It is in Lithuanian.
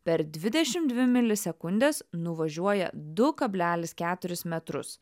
per dvidešimt dvi milisekundes nuvažiuoja du kablelis keturis metrus